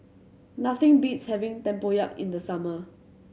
nothing beats having tempoyak in the summer